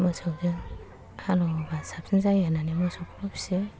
मोसौजों हालौवोबा साबसिन जायो होन्नानै मोसौखौबो फिसियो